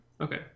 Okay